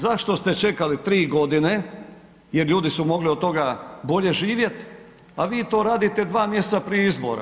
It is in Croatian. Zašto ste čekali tri godine jer ljudi su mogli od toga bolje živjeti, a vi to radite dva mjeseca prije izbora.